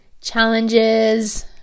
challenges